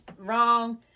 wrong